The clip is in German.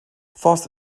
forst